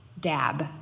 dab